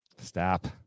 Stop